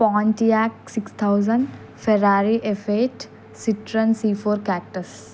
Pontiac six thousand Ferrari F eight Citroen C four cactus